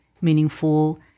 meaningful